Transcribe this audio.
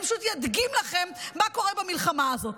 ואני פשוט אדגים לכם מה קורה במלחמה הזאת.